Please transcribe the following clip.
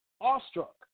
awestruck